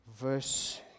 verse